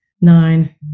Nine